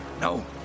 No